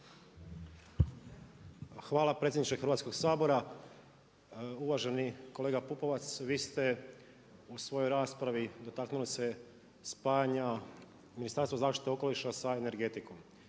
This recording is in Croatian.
Hvala predsjedniče Hrvatskog sabora. Uvaženi kolega Pupovac vi ste u svojoj raspravi dotaknuli se spajanja Ministarstva zaštite okoliša sa energetikom.